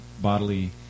bodily